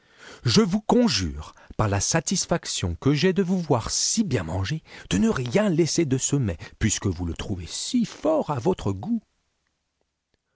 je vous conjure par la satisfaction que j'ai de vous voir si bien manger de ne rien laisser de cemets puisque vous le trouvez si fort à votre goût